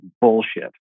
bullshit